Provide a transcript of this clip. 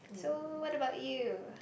so what about you